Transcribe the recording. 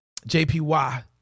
JPY